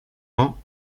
ans